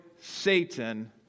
Satan